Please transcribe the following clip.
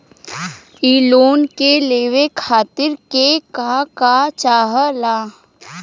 इ लोन के लेवे खातीर के का का चाहा ला?